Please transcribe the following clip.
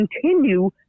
continue